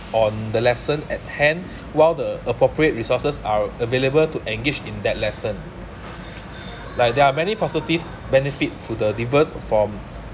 on the lesson at hand while the appropriate resources are available to engage in that lesson like there are many positive benefit to the diverse from